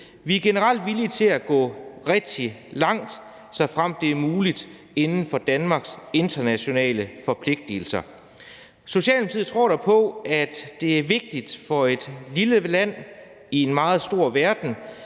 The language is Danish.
Vi er generelt villige til at gå rigtig langt, såfremt det er muligt inden for Danmarks internationale forpligtigelser. Socialdemokratiet tror dog på, at det er vigtigt for et lille land i en meget stor verden,